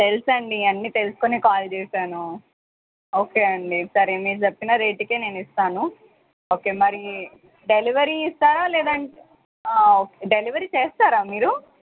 తెలుసండి అన్నీ తెలుసుకునే కాల్ చేసాను ఓకే అండి సరే మీరు చెప్పిన రేట్కు నేను ఇస్తాను ఓకే మరి డెలివరీ ఇస్తారా లేదా ఓకే డెలివరీ చేస్తారా మీరు